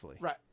right